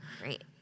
Great